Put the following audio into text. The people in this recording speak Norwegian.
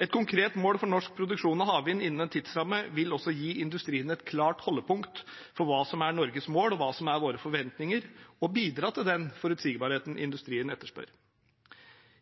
Et konkret mål for norsk produksjon av havvind innen en tidsramme vil også gi industrien et klart holdepunkt for hva som er Norges mål, og hva som er våre forventninger, og bidra til den forutsigbarheten industrien etterspør.